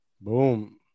Boom